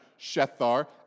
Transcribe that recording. Shethar